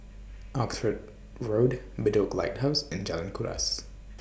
Oxford Road Bedok Lighthouse and Jalan Kuras